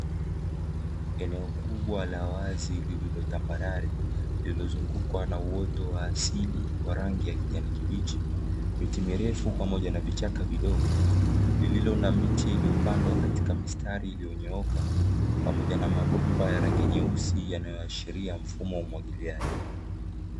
Eneo kubwa la wazi lililotambarare, lililozungukwa na uoto wa asili wa rangi ya kijani kibichi, miti mirefu, pamoja na vichaka vidogo, lililo na miti iliyopandwa katika mistari iliyonyooka, pamoja na mabomba ya rangi nyeusi yanayoashiria mfumo wa umwagiliaji,